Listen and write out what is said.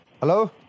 Hello